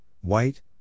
white